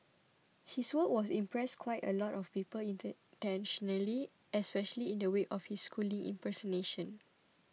his work has impressed quite a lot of people inter nationally especially in the wake of his schooling impersonation